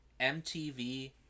MTV